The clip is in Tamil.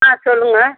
ஆ சொல்லுங்கள்